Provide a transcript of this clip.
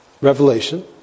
Revelation